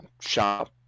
shop